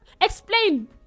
explain